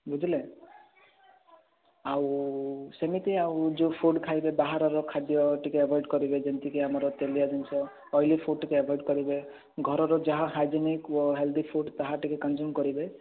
ବୁଝିଲେ ଆଉ ସେମିତି ଆଉ ଯୋଉ ଫୁଡ଼ ଖାଇବେ ବାହାରର ଖାଦ୍ୟ ଟିକିଏ ଏଭୋଏଡ଼ କରିବେ ଯେମିତି କି ଆମର ତେଲିଆ ଜିନିଷ ଅଇଲି ଫୁଡ଼ ଟିକିଏ ଏଭୋଏଡ଼ କରିବେ ଘରର ଯାହା ହାଇଜେନିକ୍ ହେଲ୍ଦି ଫୁଡ଼ ତାହା ଟିକିଏ କନ୍ଜିୟୁମ୍ କରିବେ